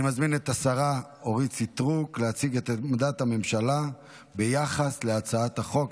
אני מזמין את השרה אורית סטרוק להציג את עמדת הממשלה ביחס להצעת החוק,